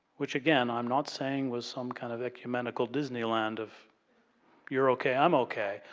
which again i'm not saying was some kind of ecumenical disneyland of you're okay, i'm okay.